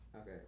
okay